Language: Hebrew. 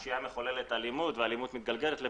פשיעה מחוללת אלימות ואלימות מתגלגלת לפשיעה,